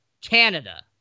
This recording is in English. Canada